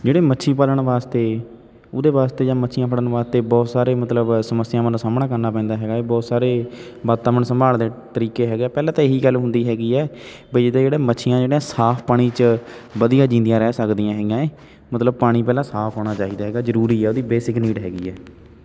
ਜਿਹੜੇ ਮੱਛੀ ਪਾਲਣ ਵਾਸਤੇ ਉਹਦੇ ਵਾਸਤੇ ਜਾਂ ਮੱਛੀਆਂ ਫੜਨ ਵਾਸਤੇ ਬਹੁਤ ਸਾਰੇ ਮਤਲਬ ਸਮੱਸਿਆਵਾਂ ਦਾ ਸਾਹਮਣਾ ਕਰਨਾ ਪੈਂਦਾ ਹੈਗਾ ਹੈ ਬਹੁਤ ਸਾਰੇ ਵਾਤਾਵਰਣ ਸੰਭਾਲ ਦੇ ਤਰੀਕੇ ਹੈਗੇ ਪਹਿਲਾਂ ਤਾਂ ਇਹੀ ਗੱਲ ਹੁੰਦੀ ਹੈਗੀ ਹੈ ਬਈ ਜਿੱਦਾਂ ਜਿਹੜੇ ਮੱਛੀਆਂ ਜਿਹੜੀਆਂ ਸਾਫ ਪਾਣੀ 'ਚ ਵਧੀਆ ਜਿਉਂਦੀਆਂ ਰਹਿ ਸਕਦੀਆਂ ਹੈਗੀਆਂ ਹੈ ਮਤਲਬ ਪਾਣੀ ਪਹਿਲਾਂ ਸਾਫ ਹੋਣਾ ਚਾਹੀਦਾ ਹੈਗਾ ਜ਼ਰੂਰੀ ਹੈ ਉਹਦੀ ਬੇਸਿਕ ਨੀਡ ਹੈਗੀ ਹੈ